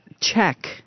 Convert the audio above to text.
check